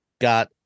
got